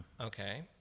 Okay